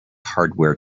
hardware